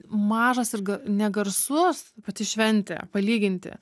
mažas ir ga negarsus pati šventė palyginti